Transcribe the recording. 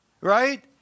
right